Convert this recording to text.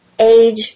age